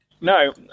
No